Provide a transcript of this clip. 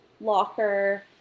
locker